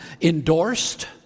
endorsed